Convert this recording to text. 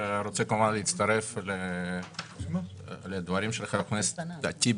אני רוצה להצטרף לדברים של חבר הכנסת טיבי